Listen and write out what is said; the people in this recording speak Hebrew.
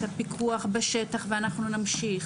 את הפיקוח בשטח ואנחנו נמשיך.